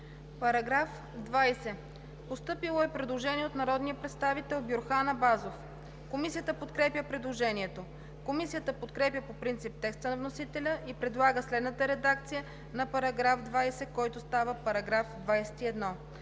По § 20 е постъпило предложение от народния представител Бюрхан Абазов. Комисията подкрепя предложението. Комисията подкрепя по принцип текста на вносителя и предлага следната редакция на § 20, който става § 21: „§ 21.